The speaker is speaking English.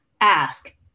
Ask